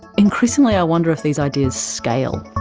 increasingly i wonder if these ideas scale,